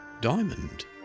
diamond